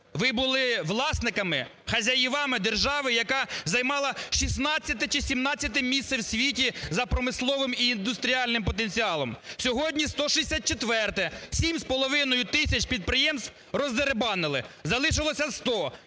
ви були власниками, хазяєвами держави, яка займала 16-е чи 17 місце в світі за промисловим і індустріальним потенціалом; сьогодні – 164-е. Сім з половиною тисяч підприємств роздерибанили, залишилось 100.